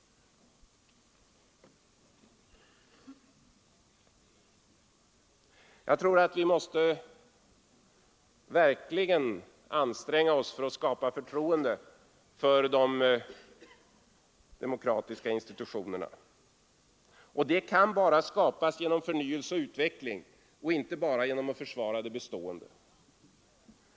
Jag tror att vi verkligen måste anstränga oss för att skapa förtroende för de demokratiska institutionerna, och det kan bara skapas genom förnyelse och utveckling och inte genom att endast försvara det bestående.